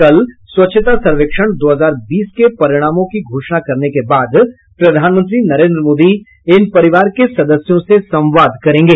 कल स्वच्छता सर्वेक्षण दो हजार बीस के परिणामों की घोषणा करने के बाद प्रधानमंत्री नरेन्द्र मोदी इन परिवार के सदस्यों से संवाद करेंगे